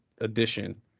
edition